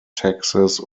taxes